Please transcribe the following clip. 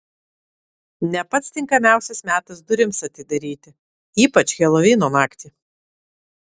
ne pats tinkamiausias metas durims atidaryti ypač helovino naktį